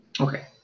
Okay